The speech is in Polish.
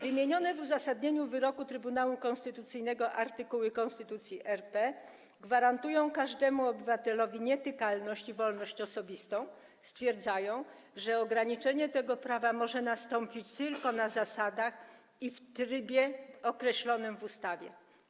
Wymienione w uzasadnieniu wyroku Trybunału Konstytucyjnego artykuły Konstytucji RP gwarantują każdemu obywatelowi nietykalność i wolność osobistą oraz stwierdzają, że ograniczenie tego prawa może nastąpić tylko na zasadach i trybie określonych w ustawie.